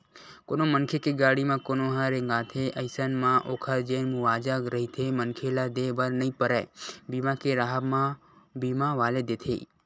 कोनो मनखे के गाड़ी म कोनो ह रेतागे अइसन म ओखर जेन मुवाजा रहिथे मनखे ल देय बर नइ परय बीमा के राहब म बीमा वाले देथे